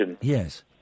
Yes